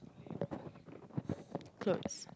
clothes